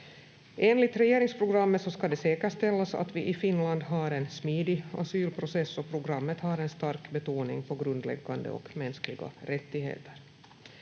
Enligt regeringsprogrammet ska det säkerställas att vi i Finland har en smidig asylprocess, och programmet har en stark betoning på grundläggande och mänskliga rättigheter.